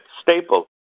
staple